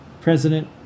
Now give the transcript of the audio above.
president